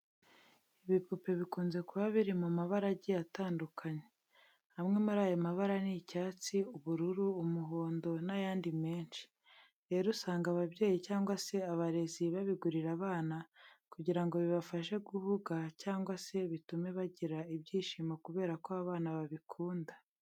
Ibipupe bikunze kuba biri mu mabara agiye atandukanye. Amwe muri ayo mabara ni icyatsi, ubururu, umuhondo n'ayandi menshi. Rero, usanga ababyeyi cyangwa se abarezi babigurira abana, kugira ngo bibafashe guhuga cyangwa se bitume bagira ibyishimo kubera ko abana babikunda.